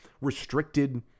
restricted